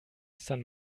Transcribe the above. san